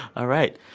all right.